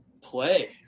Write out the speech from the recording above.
play